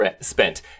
spent